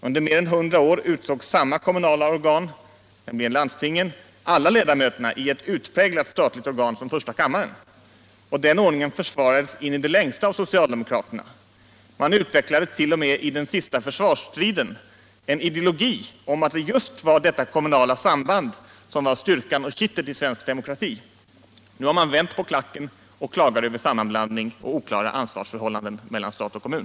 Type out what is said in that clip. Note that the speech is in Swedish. Under mer än hundra år utsåg samma kommunala organ, dvs. landstingen, alla ledamöterna i ett så utpräglat statligt organ som första kammaren, och den ordningen försvarades in i det längsta av socialdemokraterna. Man utvecklade t.o.m. i den sista försvarsstriden en ideologi om att det just var detta ”kommunala samband” som var kittet i svensk demokrati. Nu har man vänt på klacken och klagar över sammanblandning och oklara ansvarsförhållanden mellan stat och kommun.